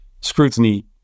scrutiny